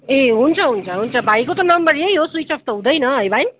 ए हुन्छ हुन्छ हुन्छ भाइको त नम्बर यही हो स्विचअफ त हुँदैन है भाइ